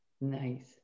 nice